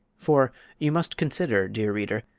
for you must consider, dear reader,